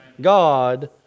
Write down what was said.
God